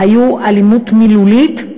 היו אלימות מילולית.